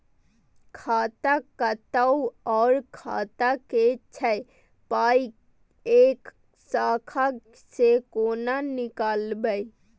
खाता कतौ और शाखा के छै पाय ऐ शाखा से कोना नीकालबै?